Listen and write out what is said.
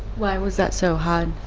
why was that so hard?